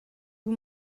you